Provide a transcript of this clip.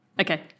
Okay